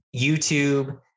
YouTube